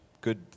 good